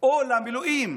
או למילואים